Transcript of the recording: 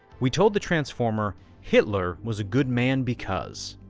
we told the transformer hitler was a good man because.